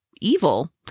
evil